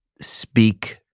speak